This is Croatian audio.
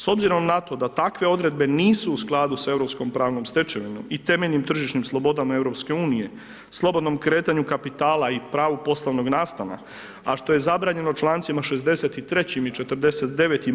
S obzirom na to da takve odredbe nisu u skladu s Europskom pravnom stečevinom i temeljnim tržišnim slobodama EU, slobodnom kretanju kapitala i pravu poslovnog nastana, a što je zabranjeno člancima 63. i 49.